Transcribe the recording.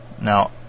Now